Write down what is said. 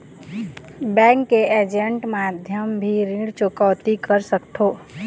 Bank के agent माध्यम भी ऋण चुकौती कर सकथों?